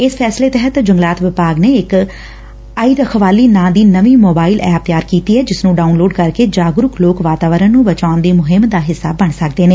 ਇਸ ਫੈਸਲੇ ਤਹਿਤ ਜੰਗਲਾਤ ਵਿਭਾਗ ਨੇ ਇਕ ਆਈ ਰਖਵਾਲੀ ਨਾਂ ਦੀ ਨਵੀਂ ਸੋਬਾਇਲ ਐਪ ਤਿਆਰ ਕੀਤੀ ਏ ਜਿਸ ਨੰ ਡਾਉਨਲੋਡ ਕਰਕੇ ਜਾਗਰੁਕ ਲੋਕ ਵਾਤਾਵਰਨ ਨੂੰ ਬਚਾਉਣ ਦੀ ਮੁਹਿੰਮ ਦਾ ਹਿੱਸਾ ਬਣ ਸਕਦੇ ਨੇ